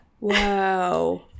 Wow